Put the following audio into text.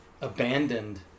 abandoned